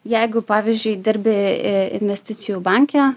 jeigu pavyzdžiui dirbi investicijų banke